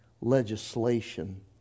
legislation